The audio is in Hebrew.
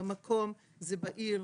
במקום הכוונה היא לעיר,